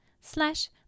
slash